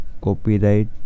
copyright